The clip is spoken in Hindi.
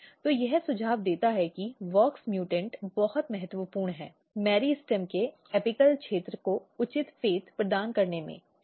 तो यह सुझाव देता है कि WOX म्यूटेंट बहुत महत्वपूर्ण हैं मेरिस्टेम के एपिकल क्षेत्र को उचित फेट प्रदान करने में